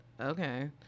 okay